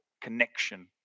connection